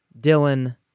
Dylan